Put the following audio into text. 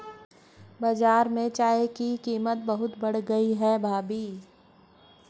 बाजार में चाय की कीमत बहुत बढ़ गई है भाभी